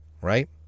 Right